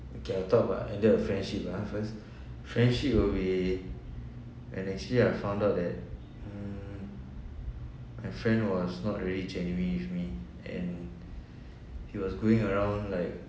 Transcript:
okay I'll talk about ended a friendship ah first friendship will be and actually I found out that mm my friend was not really genuine with me and he was going around like